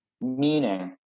meaning